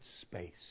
space